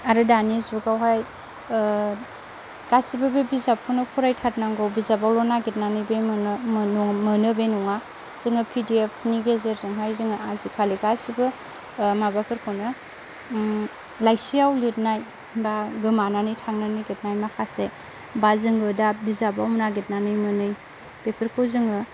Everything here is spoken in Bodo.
आरो दानि जुगावहाय गासैबो बे बिजाबखौनो फरायथारनांगौ बिजाबावल' नागिरनानै बे मोनो बे नङा जोङो पिदिएफ गेजेरजोंहाय जोङो आजिखालि गासैबो माबाफोरखौनो लाइसियाव लिरनाय बा गोमानानै थांनो नागिरनाय माखासे बा जोङो दा बिजाबाव नागिरनानै मोनै बेफोरखौ जोङो